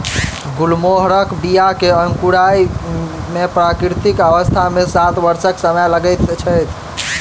गुलमोहरक बीया के अंकुराय मे प्राकृतिक अवस्था मे सात वर्षक समय लगैत छै